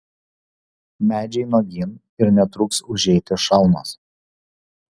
medžiai nuogyn ir netruks užeiti šalnos